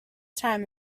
time